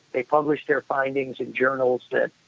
they published their findings in journals that